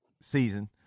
season